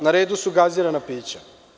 Na redu su gazirana pića.